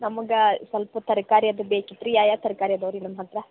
ನಮುಗೆ ಸ್ವಲ್ಪ ತರಕಾರಿ ಅದು ಬೇಕಿತ್ತು ರೀ ಯಾ ಯಾ ತರಕಾರಿ ಅದಾವೆ ರೀ ನಿಮ್ಮ ಹತ್ತಿರ